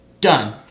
Done